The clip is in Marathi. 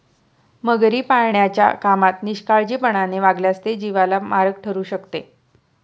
मगरी पाळण्याच्या कामात निष्काळजीपणाने वागल्यास ते जीवाला मारक ठरू शकते